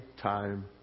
time